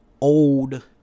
old